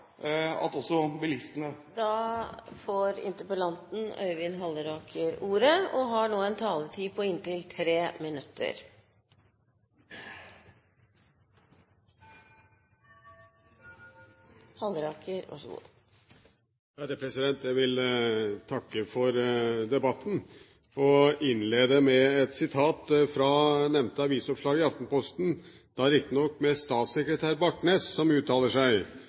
Jeg vil takke for debatten, og innlede med et sitat fra nevnte avisoppslag i Aftenposten, da riktignok med statssekretær Bartnes som uttaler seg: